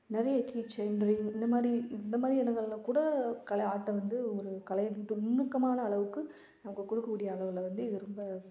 நிறைய keychain ring இந்த மாதிரி இந்த மாதிரி இடங்கள்ல கூட கலை ஆட்டம் வந்து ஒரு கலையாக இருக்குது நுணுக்கமான அளவுக்கு நம்ம கொடுக்கக்கூடிய அளவில் வந்து இது ரொம்ப